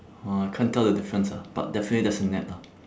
!wah! I can't tell the difference ah but definitely there's a net lah